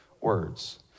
words